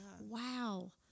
Wow